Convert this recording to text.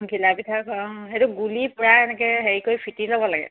ঘিলা পিঠা সেইটো গুলি পূৰা এনেকে হেৰি কৰি ফিটি লব লাগে